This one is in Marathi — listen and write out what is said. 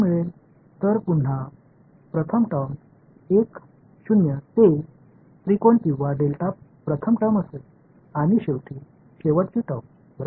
तर पुन्हा प्रथम टर्म 1 0 ते त्रिकोण किंवा डेल्टा प्रथम टर्म असेल आणि शेवटी शेवटची टर्म बरोबर